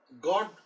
God